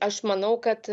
aš manau kad